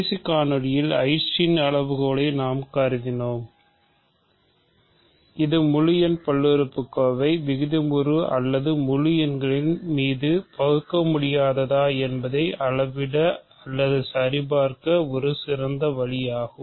கடைசி காணொளியில் ஐன்ஸ்டீன் அளவுகோலை நாம் கருதினோம் இது முழு எண் பல்லுறுப்புக்கோவை விகிதமுறு அல்லது முழு எண்களின் மீது பகுக்கமுடியாததா என்பதை அளவிட அல்லது சரிபார்க்க ஒரு சிறந்த வழியாகும்